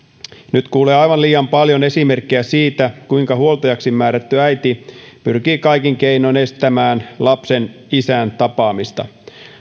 nyt kuulee aivan liian paljon esimerkkejä siitä kuinka huoltajaksi määrätty äiti pyrkii kaikin keinoin estämään lapsen isän tapaamista